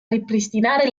ripristinare